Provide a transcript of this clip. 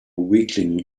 weakling